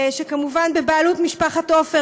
כמובן בבעלות משפחת עופר,